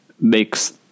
makes